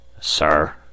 Sir